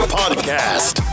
podcast